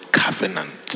covenant